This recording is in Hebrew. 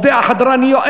חדרניות,